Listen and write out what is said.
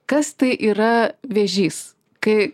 kas tai yra vėžys kai